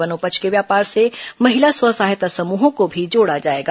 वनोपज के व्यापार से महिला स्व सहायता समूहों को भी जोड़ा जाएगा